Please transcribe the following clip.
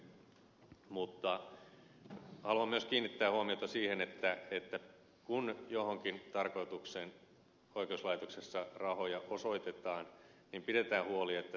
mutta haluan myös kiinnittää huomiota siihen että kun johonkin tarkoitukseen oikeuslaitoksessa rahoja osoitetaan niin pidetään huoli että se kohdennus myös pitää